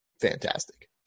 fantastic